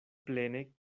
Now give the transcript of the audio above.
plene